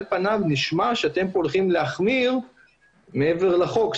על פניו נשמע שאתם הולכים כאן להחמיר מעבר לחוק.